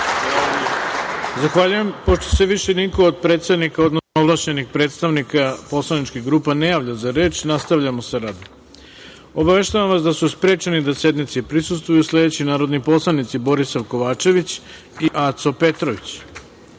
Zahvaljujem. Pošto se više niko od predsednika, odnosno ovlašćenih predstavnika poslaničkih grupa ne javlja za reč, nastavljamo sa radom. Obaveštavam vas da su sprečeni da sednici prisustvuju sledeći narodni poslanici: Borisav Kovačević i Aco Petrović.U